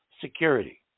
security